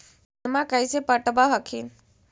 धन्मा कैसे पटब हखिन?